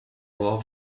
avoir